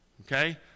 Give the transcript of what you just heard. Okay